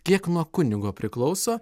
kiek nuo kunigo priklauso